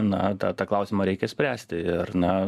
na tą tą klausimą reikia spręsti ir na